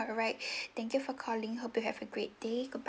alright thank you for calling hope you have a great day good bye